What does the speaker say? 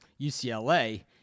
UCLA